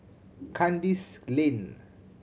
Kandis Lane